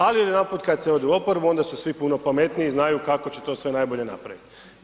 Ali najedanput kada se ode u oporbu onda su svi puno pametniji, znaju kako će to sve najbolje napraviti.